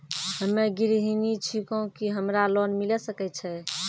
हम्मे गृहिणी छिकौं, की हमरा लोन मिले सकय छै?